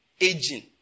aging